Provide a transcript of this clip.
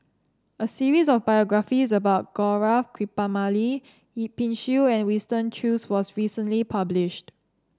a series of biographies about Gaurav Kripalani Yip Pin Xiu and Winston Choos was recently published